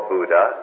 Buddha